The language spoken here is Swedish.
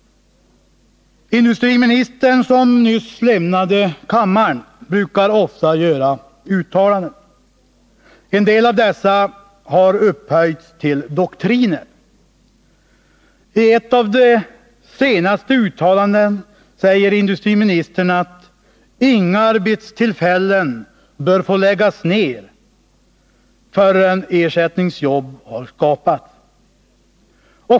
Industriministern — som nyss lämnade kammaren — brukar ofta göra uttalanden, och en del av dessa har upphöjts till doktriner. I ett av de senaste uttalandena säger industriministern, att inga arbetstillfällen bör få läggas ner förrän ersättningsjobb har skapats.